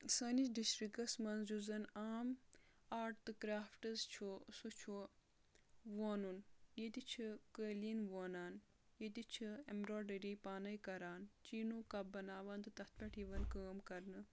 سٲنِس ڈسٹرکس منٛز یُس زَن عام آرٹ تہٕ کرٛافٹٔس چھُ سُہ چھُ وونُن ییٚتہِ چھِ قٲلیٖن وونان ییٚتہِ چھِ اؠمبراڈٔری پانے کران چیٖنوٗ کپ بَناوان تہٕ تَتھ پؠٹھ یِوان کٲم کرنہٕ